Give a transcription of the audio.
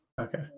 Okay